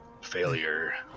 Failure